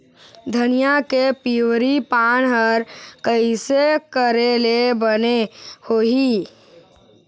धनिया के पिवरी पान हर कइसे करेले बने होही?